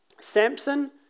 Samson